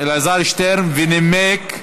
אלעזר שטרן, שנימק.